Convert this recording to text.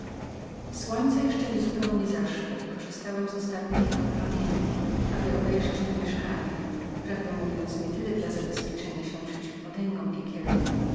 słońce nie było jeszcze zupełnie zaszło i korzystałem z ostatnich jego promieni aby obejrzeć to mieszkanie prawdę mówiąc nie tyle dla zabezpieczenia się przeciw potęgom piekielnym